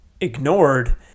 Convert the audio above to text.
ignored